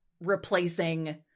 replacing